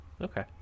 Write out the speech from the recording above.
okay